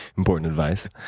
important advice.